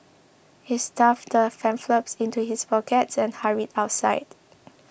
he stuffed the into his pocket and hurried outside